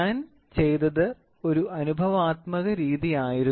ഞാൻ ചെയ്തത് ഒരു അനുഭവാത്മക രീതിയായിരുന്നു